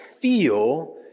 feel